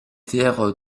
terres